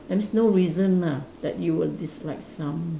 that means no reason lah that you would dislike some